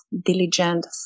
diligent